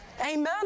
Amen